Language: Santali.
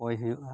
ᱠᱚᱭ ᱦᱩᱭᱩᱜᱼᱟ